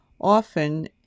often